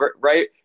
right